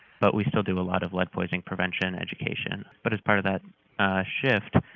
but we still do a lot of lead-poisoning prevention education, but as part of that shift,